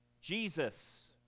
Jesus